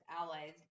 allies